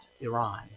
Iran